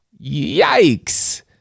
yikes